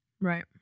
Right